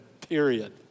period